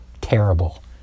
terrible